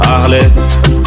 Arlette